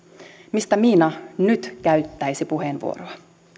mistä miina nyt käyttäisi puheenvuoroa